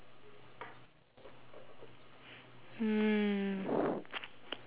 mm